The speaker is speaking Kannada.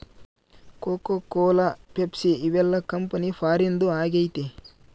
ಕೋಕೋ ಕೋಲ ಪೆಪ್ಸಿ ಇವೆಲ್ಲ ಕಂಪನಿ ಫಾರಿನ್ದು ಆಗೈತೆ